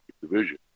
division